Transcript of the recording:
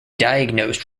diagnosed